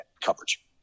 coverage